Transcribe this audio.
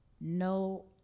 no